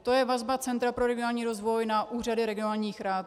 To je vazba Centra pro regionální rozvoj na úřady regionálních rad.